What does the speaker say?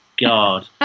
God